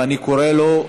ואני קורא לו,